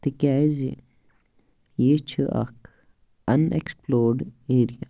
تِکیٛازِ یہِ چھِ اَکھ اَن اٮ۪کٕسپٕلوڈ اٮ۪رِیا